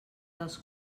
dels